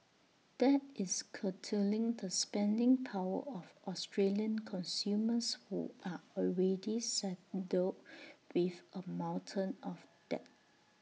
that is curtailing the spending power of Australian consumers who are already saddled with A mountain of debt